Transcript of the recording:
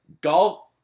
Golf